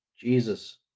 Jesus